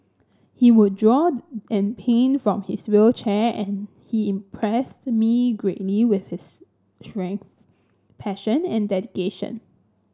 he would draw and paint from his wheelchair and he impressed me greatly with his strength passion and dedication